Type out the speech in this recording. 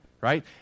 right